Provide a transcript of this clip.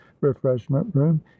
refreshment-room